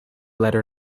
letter